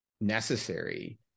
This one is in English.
necessary